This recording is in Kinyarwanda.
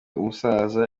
umusaza